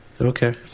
Okay